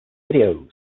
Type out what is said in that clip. videos